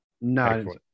No